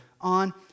on